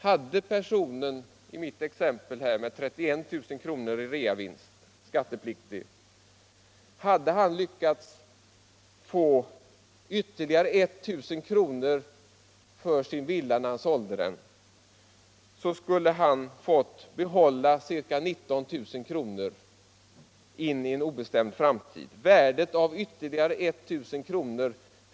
Hade personen i mitt exempel med 31 000 kr. i skattepliktig reavinst lyckats få ytterligare 1000 kr. för sin villa när han sålde den, skulle han ha fått behålla ca 19 000 kr. in i en obestämd framtid. Värdet av ytterligare 1000 kr.